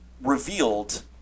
revealed